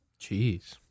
Jeez